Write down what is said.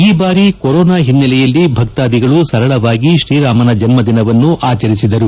ಈ ಬಾರಿ ಕೊರೋನಾ ಹಿನ್ನೆಲೆಯಲ್ಲಿ ಭಕ್ತಾಧಿಗಳು ಸರಳವಾಗಿ ಶ್ರೀ ರಾಮನ ಜನ್ನದಿನವನ್ನು ಆಚರಿಸಿದರು